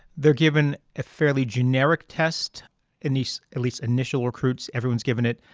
they're given a fairly generic test in these, at least, initial recruits. everyone is given it.